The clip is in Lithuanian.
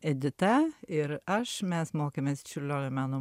edita ir aš mes mokėmės čiurlionio meno